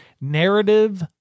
Narrative